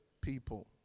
people